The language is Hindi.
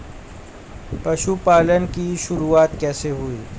पशुपालन की शुरुआत कैसे हुई?